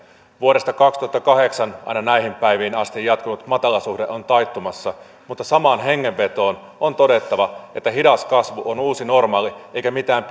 vuodesta kaksituhattakahdeksan aina näihin päiviin asti jatkunut matalasuhdanne on taittumassa mutta samaan hengenvetoon on todettava että hidas kasvu on uusi normaali eikä mitään